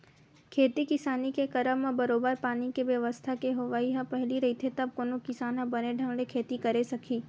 खेती किसानी के करब म बरोबर पानी के बेवस्था के होवई ह पहिली रहिथे तब कोनो किसान ह बने ढंग ले खेती करे सकही